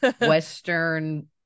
western